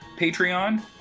Patreon